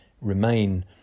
Remain